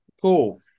Cool